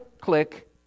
Click